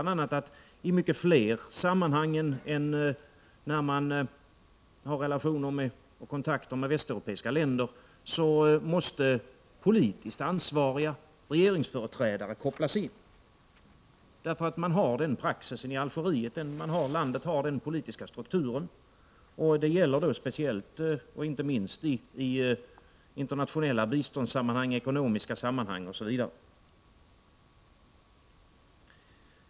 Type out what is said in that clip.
Det medför bl.a. att politiskt ansvariga regeringsföreträdare måste kopplas in i fler sammanhang än när man har relationer och kontakter med västeuropeiska länder Detta gäller inte minst i internationella biståndssammanhang, ekonomiska sammanhang, osv.